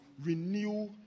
renew